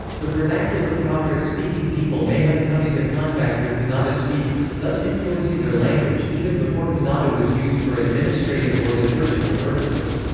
the vernacular prakrit speaking people may have come into contact with kannada speakers, thus influencing their language, even before kannada was used for administrative or liturgical purposes.